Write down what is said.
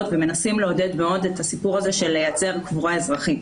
ומנסים מאוד לעודד לייצר קבורה אזרחית.